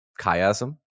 chiasm